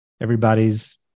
everybody's